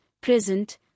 present